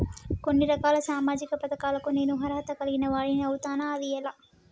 కొన్ని రకాల సామాజిక పథకాలకు నేను అర్హత కలిగిన వాడిని అవుతానా? అది ఎలా?